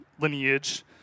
lineage